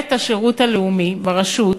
במינהלת השירות הלאומי, ברשות,